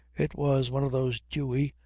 it was one of those dewy,